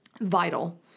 vital